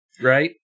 right